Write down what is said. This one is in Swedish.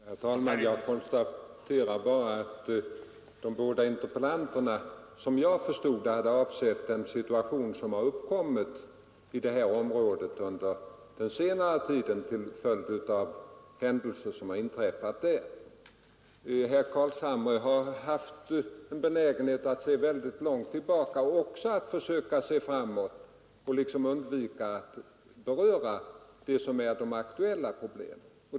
Herr talman! Jag konstaterar bara att jag förstod de båda interpellanterna så att de hade avsett den situation som har uppkommit i detta område under den senare tiden till följd av händelser som har inträffat där. Herr Carlshamre har haft en benägenhet att se väldigt långt tillbaka liksom att försöka se framåt och undvika att beröra vad som är de aktuella problemen.